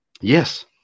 Yes